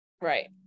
Right